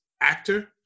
actor